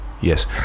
Yes